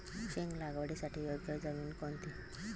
शेंग लागवडीसाठी योग्य जमीन कोणती?